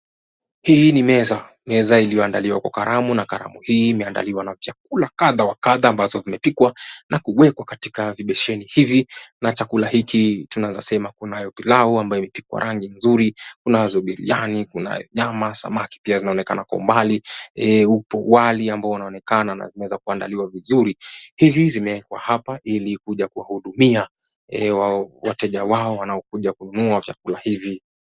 Hii ni meza. Meza iliyoandaliwa kwa karamu na karamu hii imeandaliwa na vyakula kadha wa kadha ambazo zimepikwa na kuwekwa katika vibesheni hivi. Na chakula hiki tunaanza sema kunayo pilau ambayo imepikwa rangi nzuri, kunazo biriani, kunayo nyama, samaki pia zinaonekana kwa mbali. Upo wali ambao wanaonekana na zimeweza kuandaliwa vizuri. Hizi zimewekwa hapa ili kuja kuwahudumia wateja wao wanaokuja kununua vyakula hivi.